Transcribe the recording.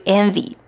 envy